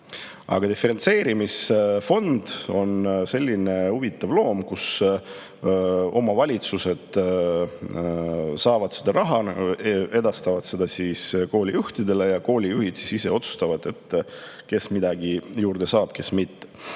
Aga diferentseerimise fond on selline huvitav loom, kus omavalitsused saavad raha, edastavad selle koolijuhtidele ja koolijuhid siis ise otsustavad, kes midagi juurde saab, kes mitte.